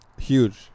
Huge